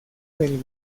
del